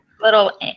little